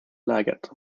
läget